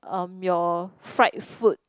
um your fried food